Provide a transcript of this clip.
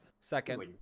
Second